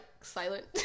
silent